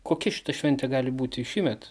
kokia šita šventė gali būti šįmet